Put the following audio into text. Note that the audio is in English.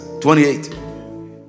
28